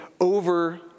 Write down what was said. over